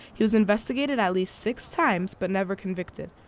he was investigated at least six times, but never convicted.